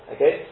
Okay